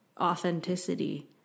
authenticity